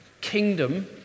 kingdom